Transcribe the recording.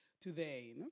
today